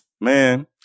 Man